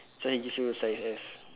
so he give you size S